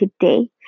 today